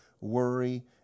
worry